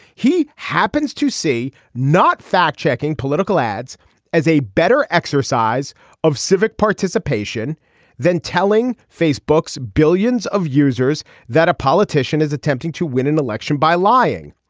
he happens to see not fact checking political ads as a better exercise of civic participation then telling. face books billions of users that a politician is attempting to win an election by lying.